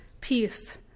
peace